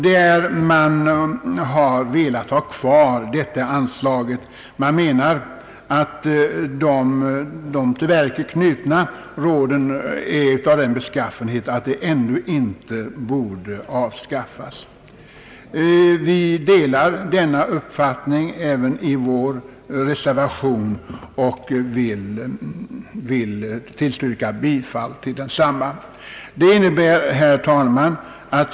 Motionärerna vill ha kvar detta anslag och menar att de till verket knutna råden är av sådan beskaffenhet att de ännu inte borde avskaffas. Vi delar denna uppfattning i vår reservation och vill tillstyrka bifall till motionen. Herr talman!